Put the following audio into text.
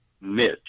Mitch